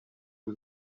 was